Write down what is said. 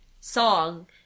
song